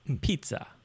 pizza